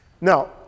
now